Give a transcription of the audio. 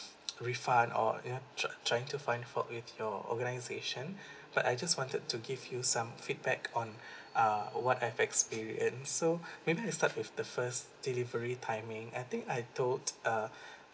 refund or ya try trying to find fault with your organisation but I just wanted to give you some feedback on uh what I've experienced so maybe I just start with the first delivery timing I think I told uh